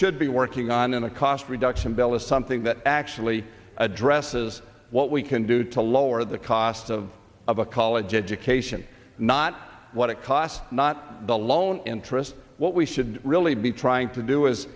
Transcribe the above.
should be working on in a cost reduction bill is something that actually addresses what we can do to lower the cost of of a college education not what it costs not the loan interest what we should really be trying to do is